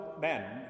men